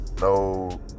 no